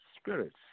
spirits